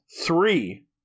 three